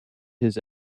his